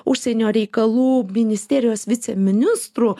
užsienio reikalų ministerijos viceministru